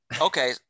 okay